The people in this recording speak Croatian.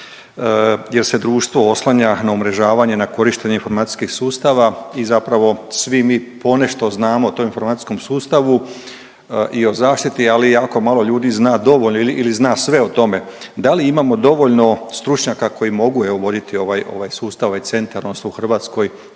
jer se društvo oslanja na umrežavanje, na korištenje informacijskih sustava i zapravo svi mi ponešto znamo o tom informacijskom sustavu i o zaštiti, ali jako malo ljudi zna dovoljno ili zna sve o tome. Da li imamo dovoljno stručnjaka, koji mogu, evo, voditi ovaj sustav, ovaj centar odnosno u Hrvatskoj